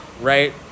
right